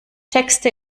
texte